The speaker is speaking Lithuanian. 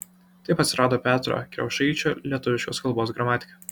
taip atsirado petro kriaušaičio lietuviškos kalbos gramatika